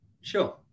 Sure